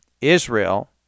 Israel